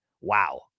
Wow